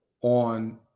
on